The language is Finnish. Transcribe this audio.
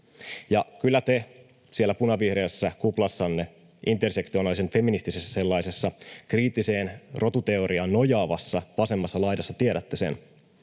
Ja kyllä te siellä punavihreässä kuplassanne, intersektionaalisen feministisessä sellaisessa, kriittiseen rotuteoriaan nojaavassa vasemmassa laidassa tiedätte sen.